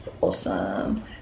awesome